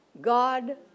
God